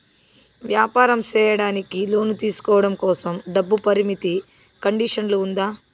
వ్యాపారం సేయడానికి లోను తీసుకోవడం కోసం, డబ్బు పరిమితి కండిషన్లు ఉందా?